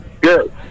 good